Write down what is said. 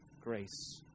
grace